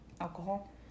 alcohol